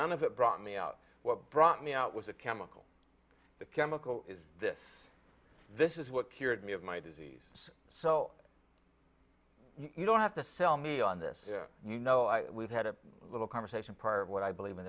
none of it brought me out what brought me out was a chemical the chemical is this this is what cured me of my disease so you don't have to sell me on this you know i we've had a little conversation part of what i believe in